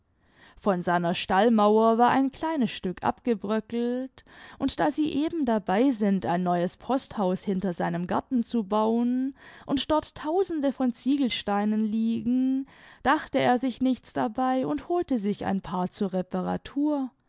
von seiner stallmauer war ein kleines stück abgebröckelt und da sie eben dabei sind ein neues posthaus hinter seinem garten zu bauen und dort tausende von ziegelsteinen liegen dachte er sich nichts dabei und holte sich ein paar zur reparatur